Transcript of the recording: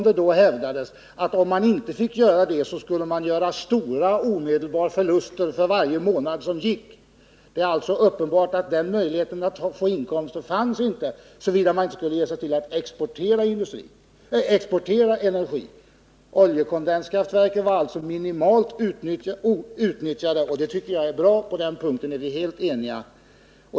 Det hävdades att man i motsatt fall skulle göra stora omedelbara förluster för varje månad som gick. Så var heller inte fallet. Det är alltså uppenbart att den möjligheten att få inkomster inte fanns, såvida man inte skulle ge sig på att exportera energi. Oljekondenskraftverken var dessutom minimalt utnyttjade, och det tycker jag är bra. På den punkten är vi helt eniga.